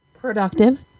productive